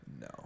No